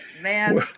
man